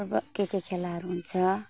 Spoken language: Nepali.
र अब के के खेलाहरू हुन्छ